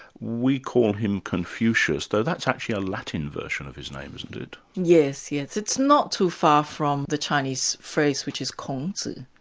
we call him confucius, though that's actually a latin version of his name, isn't it? yes. it's not too far from the chinese phrase, which is kongzi.